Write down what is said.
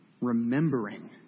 remembering